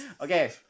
Okay